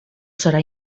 serà